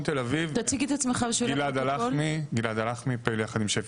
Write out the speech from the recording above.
הבנתי שזה היה צריך להיכנס ברפורמה של שוק